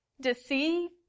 deceive